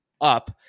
Up